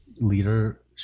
leadership